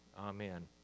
Amen